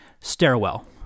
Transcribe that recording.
stairwell